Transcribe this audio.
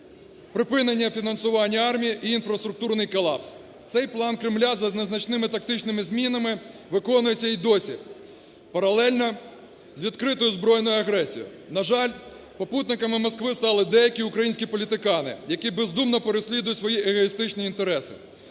припинення фінансування армії і інфраструктурний колапс. Цей план Кремля за незначними тактичними змінами виконується і досі паралельно із відкритою збройною агресією. На жаль, попутниками Москви стали деякі українські політикани, які бездумно переслідують свої егоїстичні інтереси.